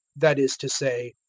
that is to say,